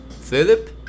Philip